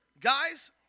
guys